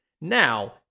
now